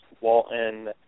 Walton